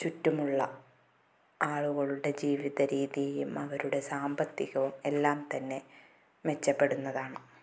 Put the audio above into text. ചുറ്റുമുള്ള ആളുകളുടെ ജീവിതരീതിയും അവരുടെ സാമ്പത്തികവും എല്ലാം തന്നെ മെച്ചപ്പെടുന്നതാണ്